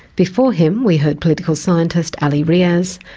before him, we heard political scientist ali riaz,